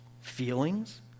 feelings